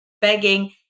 begging